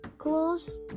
Close